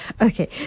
Okay